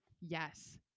yes